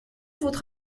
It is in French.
votre